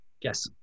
Yes